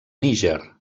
níger